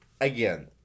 again